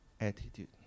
attitude